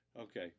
Okay